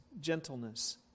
gentleness